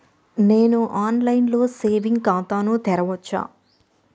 నేను online లో saving ఖాతా ను తెరవచ్చా?